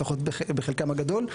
לפחות בחלקן הגדול.